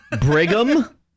Brigham